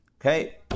Okay